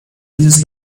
dieses